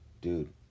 dude